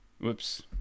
whoops